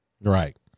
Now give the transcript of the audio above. Right